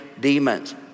demons